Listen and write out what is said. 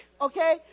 okay